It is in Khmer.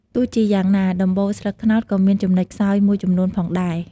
ទោះជាយ៉ាងណា ដំបូលស្លឹកត្នោតក៏មានចំណុចខ្សោយមួយចំនួនផងដែរ។